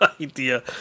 idea